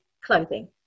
clothing